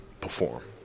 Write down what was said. perform